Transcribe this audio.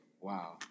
Wow